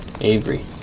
Avery